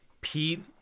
Pete